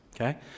okay